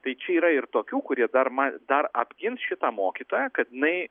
tai čia yra ir tokių kurie dar ma dar apgins šitą mokytoją kad jinai